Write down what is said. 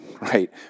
right